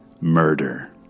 Murder